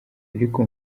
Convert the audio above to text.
ariko